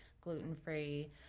gluten-free